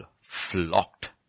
flocked